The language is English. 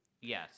Yes